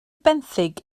benthyg